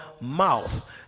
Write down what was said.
mouth